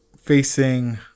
facing